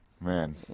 Man